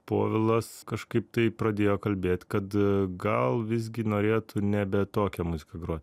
povilas kažkaip tai pradėjo kalbėt kad gal visgi norėtų nebe tokią muziką grot